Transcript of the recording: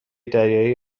دریایی